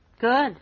Good